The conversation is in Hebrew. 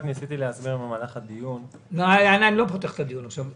ניסיתי להסביר במהלך הדיון --- אני לא פותח את הדיון עכשיו.